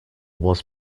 was